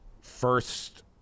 first